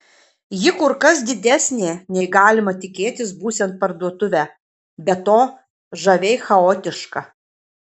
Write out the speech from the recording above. ji kur kas didesnė nei galima tikėtis būsiant parduotuvę be to žaviai chaotiška